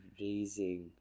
raising